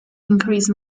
increase